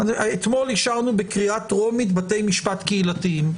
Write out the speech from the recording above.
אתמול אישרנו בקריאה טרומית בתי משפט קהילתיים.